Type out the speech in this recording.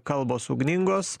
kalbos ugningos